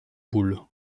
boule